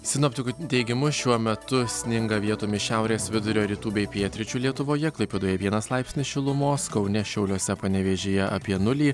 sinoptikų teigimu šiuo metu sninga vietomis šiaurės vidurio rytų bei pietryčių lietuvoje klaipėdoje vienas laipsnis šilumos kaune šiauliuose panevėžyje apie nulį